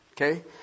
Okay